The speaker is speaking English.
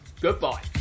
goodbye